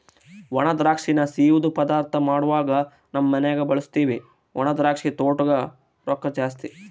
ಒಣದ್ರಾಕ್ಷಿನ ಸಿಯ್ಯುದ್ ಪದಾರ್ಥ ಮಾಡ್ವಾಗ ನಮ್ ಮನ್ಯಗ ಬಳುಸ್ತೀವಿ ಒಣದ್ರಾಕ್ಷಿ ತೊಟೂಗ್ ರೊಕ್ಕ ಜಾಸ್ತಿ